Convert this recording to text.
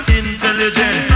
intelligent